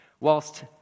Whilst